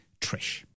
Trish